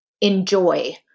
enjoy